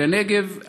בנגב,